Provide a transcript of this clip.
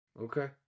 Okay